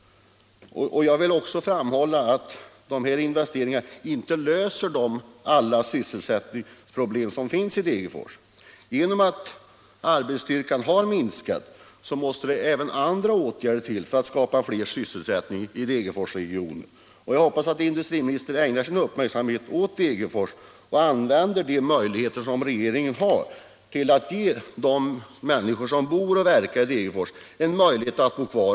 Jag vill också framhålla att den investering som det nu är fråga om inte löser alla sysselsättningsproblem som finns i Degerfors. Genom att arbetsstyrkan har minskat måste det till även andra åtgärder för att skapa fler sysselsättningstillfällen i Degerfors. Jag hoppas att industriministern ägnar uppmärksamhet åt Degerfors och använder de möjligheter som regeringen har till att ge de människor som bor och verkar i Degerfors en möjlighet att bo kvar.